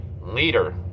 leader